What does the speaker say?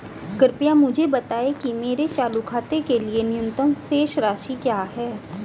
कृपया मुझे बताएं कि मेरे चालू खाते के लिए न्यूनतम शेष राशि क्या है